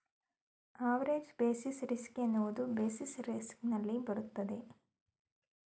average basis risk ಎನ್ನುವುದು basis risk ನಲ್ಲಿ ಬರುತ್ತದೆ